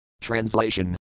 TRANSLATION